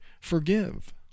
forgive